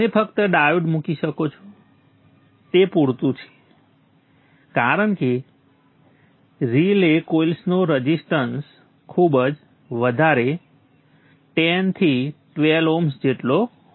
તમે ફક્ત ડાયોડ મૂકી શકો છો તે પૂરતું છે કારણ કે રિલે કોઇલ્સનો રઝિસ્ટન્સ ખૂબ વધારે 10 થી 12 Ω જેટલો હોય છે